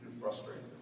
frustrated